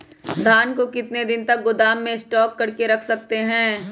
धान को कितने दिन को गोदाम में स्टॉक करके रख सकते हैँ?